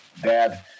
dad